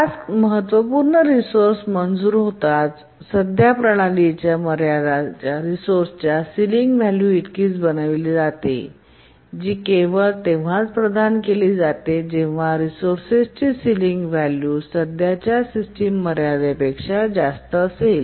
task महत्त्वपूर्ण resource मंजूर होताच सद्य प्रणालीची मर्यादा रिसोर्सेस च्या सिलिंग व्हॅल्यू इतकीच बनविली जाते जी केवळ तेव्हाच प्रदान केली जाते जेव्हा रिसोर्सेसची सिलिंग व्हॅल्यू सध्याच्या सिस्टम मर्यादेपेक्षा जास्त असेल